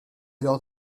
alors